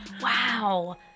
Wow